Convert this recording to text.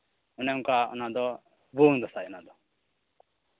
ᱚᱱᱮ ᱚᱱᱠᱟ ᱚᱱᱟ ᱫᱚ ᱵᱷᱩᱣᱟᱹᱝ ᱫᱟᱸᱥᱟᱭ ᱚᱱᱟ ᱫᱚ